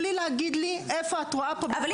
תוכלי להגיד לי איפה את רואה פה בחוק